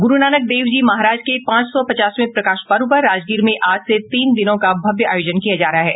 गुरुनानक देव जी महाराज के पांच सौ पचासवें प्रकाश पर्व पर राजगीर में आज से तीन दिनों का भव्य आयोजन किया जा रहा है